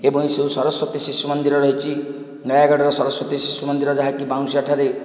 ଏବଂ ସେହି ସରସ୍ୱତୀ ଶିଶୁମନ୍ଦିର ରହିଛି ନୟାଗଡ଼ର ସାରସ୍ୱତୀ ଶିଶୁମନ୍ଦିର ଯାହାକି ବାଉଁଶିଆ ଠାରେ